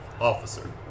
Officer